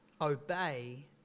Obey